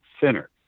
thinner